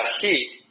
heat